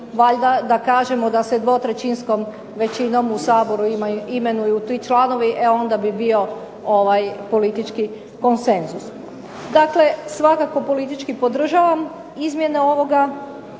valjda da kažemo da se dvotrećinskom većinom u Saboru imenuju ti članovi, e onda bi bio politički konsenzus. Dakle svakako politički podržavam izmjene ovoga